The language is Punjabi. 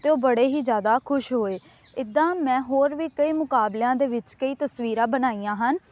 ਅਤੇ ਉਹ ਬੜੇ ਹੀ ਜ਼ਿਆਦਾ ਖੁਸ਼ ਹੋਏ ਇੱਦਾਂ ਮੈਂ ਹੋਰ ਵੀ ਕਈ ਮੁਕਾਬਲਿਆਂ ਦੇ ਵਿੱਚ ਕਈ ਤਸਵੀਰਾਂ ਬਣਾਈਆਂ ਹਨ